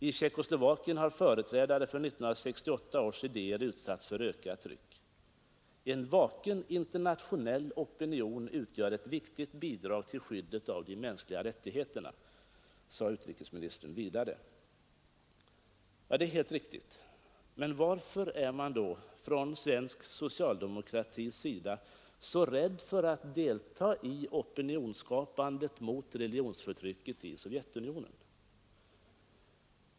I Tjeckoslovakien har företrädare för 1968 års idéer utsatts för ökat tryck. ——— En vaken internationell opinion utgör ett viktigt bidrag till skyddet av de mänskliga rättigheterna.” Det är helt riktigt. Men varför är man då från svensk socialdemokratis sida så rädd för att delta i opinionsskapandet mot religionsförtrycket i Sovjetunionen?